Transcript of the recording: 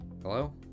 Hello